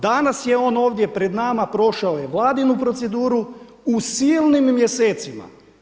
Danas je on ovdje pred nama prošao je vladinu proceduru u silnim mjesecima.